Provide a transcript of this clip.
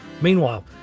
Meanwhile